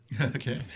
Okay